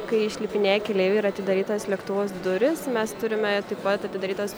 kai išlipinėja keleiviai ir atidarytas lėktuvos durys mes turime taip pat atidarytas